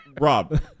Rob